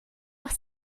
doch